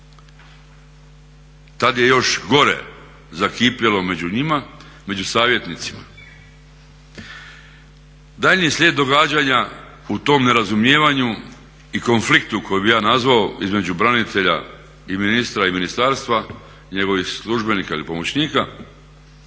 Tad je još gore zakipjelo među njima, među savjetnicima. Daljnji slijed događanja u tom nerazumijevanju i konfliktu koji bih ja nazvao između branitelja i ministra i ministarstva i njegovih službenika ili pomoćnika